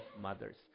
mothers